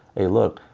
hey, look,